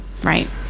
right